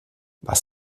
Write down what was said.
was